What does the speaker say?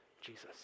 Jesus